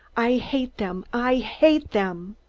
i hate them! i hate them!